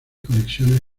conexión